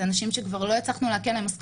אנשים שלא הצלחנו לעקל להם את המשכורת,